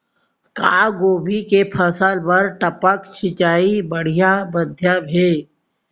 का गोभी के फसल बर टपक सिंचाई बढ़िया माधयम हे?